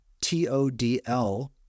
T-O-D-L